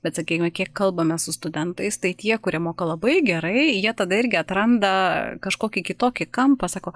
bet sakykime kiek kalbame su studentais tai tie kurie moka labai gerai jie tada irgi atranda kažkokį kitokį kampą sako